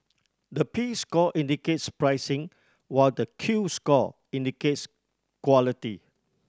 the P score indicates pricing while the Q score indicates quality